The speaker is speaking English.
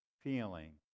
feeling